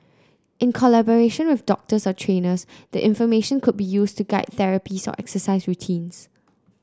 in collaboration of doctors or trainers the information could be used to guide therapies or exercise routines